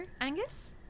Angus